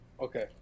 Okay